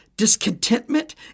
discontentment